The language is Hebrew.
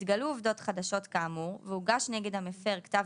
התגלו עובדות חדשות כאמור והוגש נגד המפר כתב